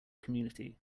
community